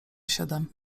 siedem